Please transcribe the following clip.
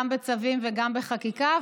גם בצווים וגם בחקיקה,